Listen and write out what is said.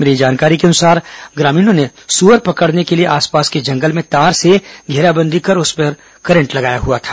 मिली जानकारी के अनुसार ग्रामीणों ने सुअर पकड़ने के लिए आसपास के जंगल में तार से घेराबंदी कर उसमें करंट लगाया हुआ था